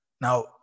Now